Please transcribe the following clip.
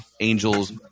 Angels